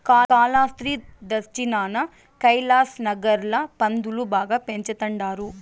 కాలాస్త్రి దచ్చినాన కైలాసనగర్ ల పందులు బాగా పెంచతండారు